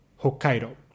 Hokkaido